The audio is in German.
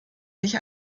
sich